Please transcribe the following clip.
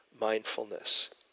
mindfulness